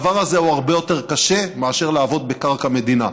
הדבר הזה הרבה יותר קשה מאשר לעבוד בקרקע מדינה.